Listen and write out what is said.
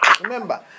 remember